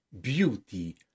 beauty